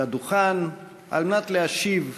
לדוכן על מנת להשיב